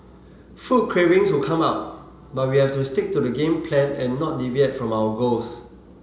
food cravings would come up but we have to stick to the game plan and not deviate from our goals